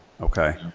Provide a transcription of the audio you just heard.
Okay